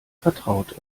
vertraut